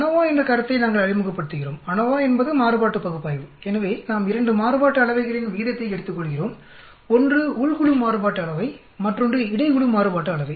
ANOVA என்ற கருத்தை நாம் அறிமுகப்படுத்துகிறோம் அநோவா என்பது மாறுபாட்டு பகுப்பாய்வு எனவே நாம் 2 மாறுபாட்டு அளவைகளின் விகிதத்தை எடுத்துகொள்கிறோம் ஒன்று உள் குழு மாறுபாட்டு அளவை மற்றொன்று இடை குழு மாறுபாட்டு அளவை